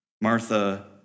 Martha